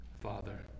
father